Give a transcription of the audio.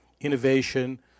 innovation